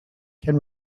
can